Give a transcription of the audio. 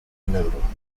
negro